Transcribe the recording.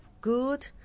good